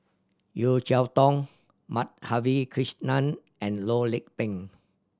Yeo Cheow Tong Madhavi Krishnan and Loh Lik Peng